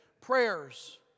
prayers